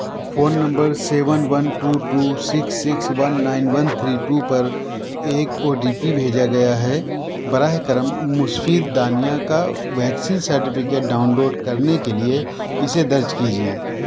phone number seven one two two six six one nine one three two پر ایک O T P بھیجا گیا ہے براہ کرم مسفید دانیہ کا ویکسین سرٹیفکیٹ ڈاؤن لوڈ کرنے کے لیے اسے درج کیجیے